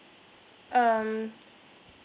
um